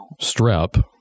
strep